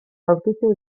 aurkitu